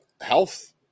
health